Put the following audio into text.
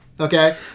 Okay